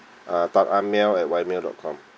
uh mail at white mail dot com